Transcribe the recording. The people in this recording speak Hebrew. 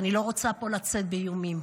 ואני לא רוצה לצאת פה באיומים,